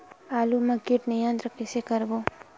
आलू मा कीट नियंत्रण कइसे करबो?